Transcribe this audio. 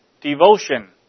devotion